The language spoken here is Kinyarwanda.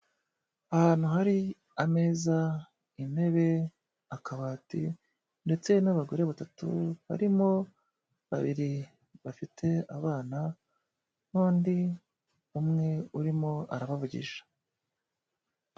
Ahantu hari ameza, intebe, akabati ndetse n'abagore batatu, harimo babiri bafite abana n'undi umwe urimo arabavugisha.